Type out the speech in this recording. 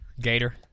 Gator